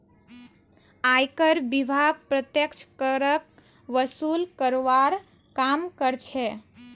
आयकर विभाग प्रत्यक्ष करक वसूल करवार काम कर्छे